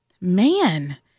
man